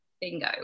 bingo